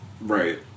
Right